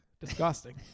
disgusting